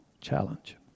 challenge